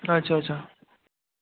अच्छा अच्छा